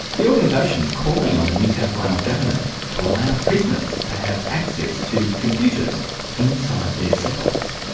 the organisation is calling on the new south wales government to allow prisoners to have access to computers inside their cells.